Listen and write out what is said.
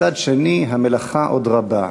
מצד שני, המלאכה עוד רבה.